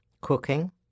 cooking